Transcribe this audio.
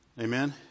Amen